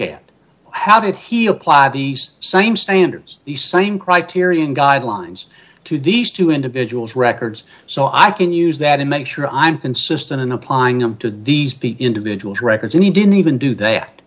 at how did he apply these same standards the same criterion guidelines to these two individuals records so i can use that and make sure i'm consistent in applying them to these individuals records and he didn't even do th